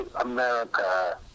America